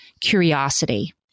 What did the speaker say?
curiosity